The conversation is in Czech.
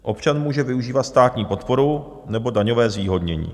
Občan může využívat státní podporu nebo daňové zvýhodnění.